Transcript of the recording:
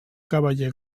cavaller